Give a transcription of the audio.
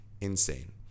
insane